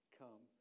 come